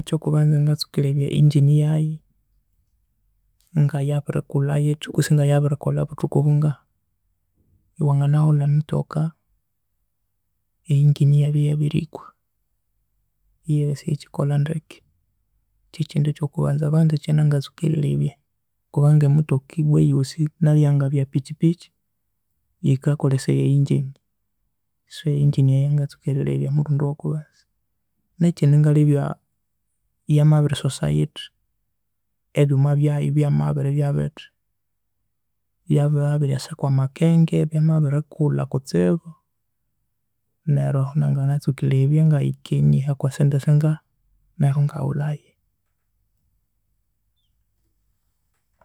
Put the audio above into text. Ekyokubanza ngatuski lebya engine yayu ngayabirikulha yithi kwisi ngayabirikolha buthuku bungahi. Iwanganaghulha emotoka eyi- engine iyabya iyabirikwa, iyabya isiyikyikolha ndeke kyekyindu ekyokubanzabanza ekyanangatsuka erilebya kubanga emutoka ibwa eyosi naliyangabya pikyipikyi yikakolesaya e- engine. So e- engine yangangatsuka erilebya omurundi owokubanza. Nekyindi ingalebya yamabirisosa yithi, ebyuma byayu byamabiribya bithi, yabya byabiryasaku amakenge byamabirikulha kutsibu, neru ahu nanginatsuki lebya ngayikinyiha kwasente singahi, neru ingaghulhayu.